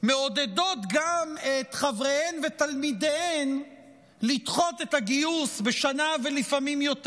מעודדות את חבריהן ותלמידיהן לדחות את הגיוס בשנה ולפעמים יותר.